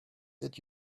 did